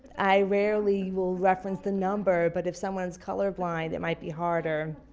i rarely will reference the number but if someone's color blind it might be harder.